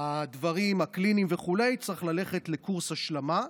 הדברים הקליניים וכו' צריך ללכת לקורס השלמה,